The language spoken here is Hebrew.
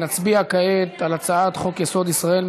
ונצביע כעת על הצעת חוק-יסוד: ישראל,